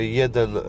jeden